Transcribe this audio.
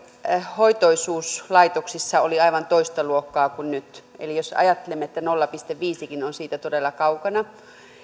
hoitoisuus laitoksissa oli aivan toista luokkaa kuin nyt eli jos sitä ajattelemme niin nolla pilkku viisikin on siitä todella kaukana